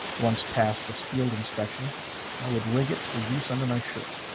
once past this field inspection i would rig it for use under my shirt,